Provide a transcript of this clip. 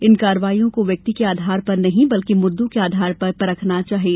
इन कार्रवाइयों को व्यक्ति के आधार पर नहीं बल्कि मुद्दों के आधार पर परखना चाहिए